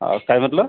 आं काय म्हटलं